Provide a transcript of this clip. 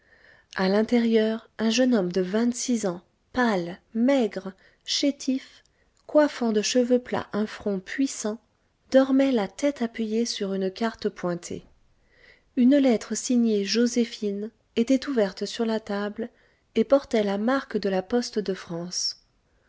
a l'intérieur un jeune homme de vingt-six ans pâle maigre chétif coiffant de cheveux plats un front puissant dormait la tête appuyée sur une carte pointée une lettre signée joséphine était ouverte sur la table et portait la marque de la poste de france